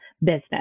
business